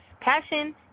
Passion